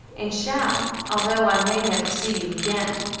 and shall, although i may never see you again,